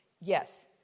Yes